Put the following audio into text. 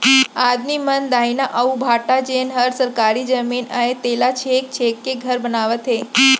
आदमी मन दइहान अउ भाठा जेन हर सरकारी जमीन अय तेला छेंक छेंक के घर बनावत हें